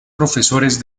profesores